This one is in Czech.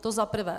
To za prvé.